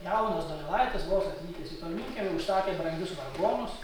jaunas donelaitis vos atvykęs į tolminkiemį užsakė brangius vargonus